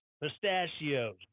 pistachios